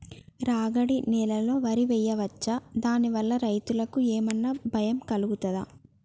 రాగడి నేలలో వరి వేయచ్చా దాని వల్ల రైతులకు ఏమన్నా భయం కలుగుతదా?